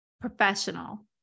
professional